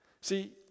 See